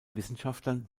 wissenschaftlern